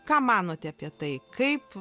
ką manote apie tai kaip